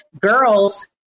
girls